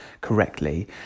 correctly